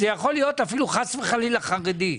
זה יכול להיות אפילו חס וחלילה חרדי.